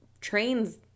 trains